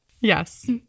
Yes